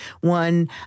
one